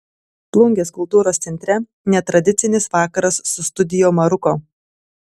plungės kultūros centre netradicinis vakaras su studio maruko